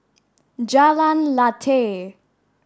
Jalan Lateh